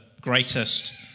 greatest